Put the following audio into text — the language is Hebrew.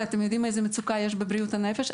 ואתם יודעים איזו מצוקה יש בבריאות הנפש,